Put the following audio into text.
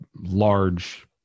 large